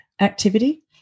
activity